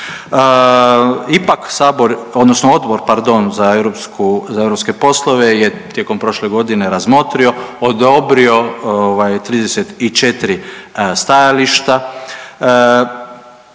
europsku, za europske poslove je tijekom prošle godine razmotrio, odobrio ovaj 34 stajališta.